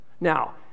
Now